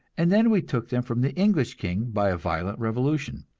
and then we took them from the english king by a violent revolution.